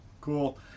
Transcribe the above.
cool